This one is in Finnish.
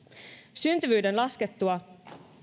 syntyvyyden laskettua